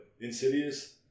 Insidious